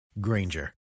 Granger